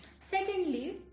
secondly